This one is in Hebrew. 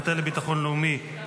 מטה לביטחון לאומי,